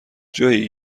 جویی